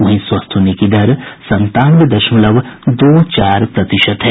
वहीं स्वस्थ होने की दर संतानवे दशमलव दो चार प्रतिशत है